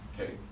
Okay